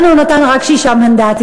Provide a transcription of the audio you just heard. לנו הוא נתן רק שישה מנדטים,